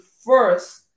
first